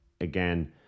again